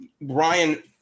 Ryan